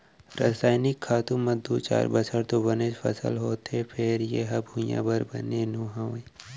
रसइनिक खातू म दू चार बछर तो बनेच फसल होथे फेर ए ह भुइयाँ बर बने नो हय